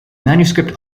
manuscript